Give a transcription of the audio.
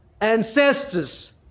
Ancestors